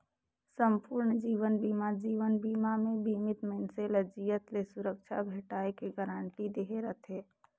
संपूर्न जीवन बीमा जीवन बीमा मे बीमित मइनसे ल जियत ले सुरक्छा भेंटाय के गारंटी दहे रथे